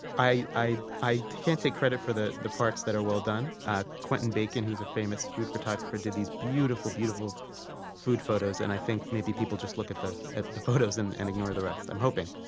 i i can't take credit for the the parts that are well done. ah quentin bacon, who is a famous food photographer, did these beautiful beautiful food photos. and i think maybe people just look at the at the photos and and ignore the rest i'm hoping.